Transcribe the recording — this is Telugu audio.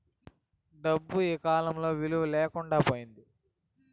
డబ్బు ఈకాలంలో విలువ లేకుండా పోయింది